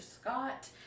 scott